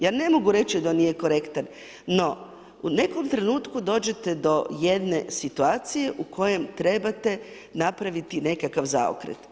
Ja ne mogu reći da on nije korektan, no u nekom trenutku dođete do jedne situacije u kojem trebate napraviti nekakav zaokret.